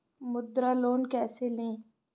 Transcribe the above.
मुद्रा लोन कैसे ले?